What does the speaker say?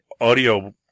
audio